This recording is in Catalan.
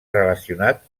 relacionat